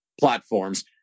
platforms